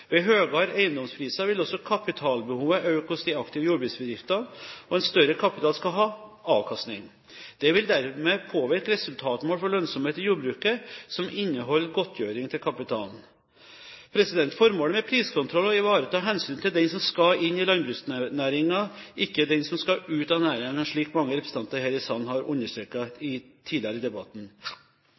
Ved høyere eiendomspriser vil også kapitalbehovet øke hos de aktive jordbruksbedriftene, og en større kapital skal ha avkastning. Det vil dermed påvirke resultatmål for lønnsomhet i jordbruket som inneholder godtgjøring til kapitalen. Formålet med priskontroll er å ivareta hensynet til den som skal inn i landbruksnæringen, ikke den som skal ut av næringen, slik mange representanter her i salen har understreket tidligere i debatten.